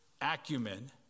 acumen